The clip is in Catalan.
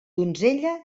donzella